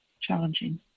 challenging